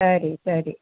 ಸರಿ ಸರಿ